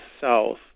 south